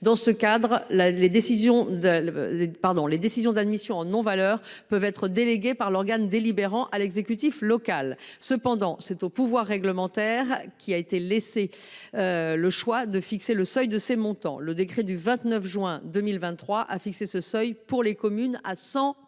Dans ce cadre, les décisions d’admission en non valeur peuvent être déléguées par l’organe délibérant à l’exécutif local. Cependant, c’est au pouvoir réglementaire qu’a été laissé le soin de fixer le seuil de ces montants : le décret du 29 juin 2023 a ainsi fixé ce seuil, pour les communes, à 100